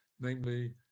Namely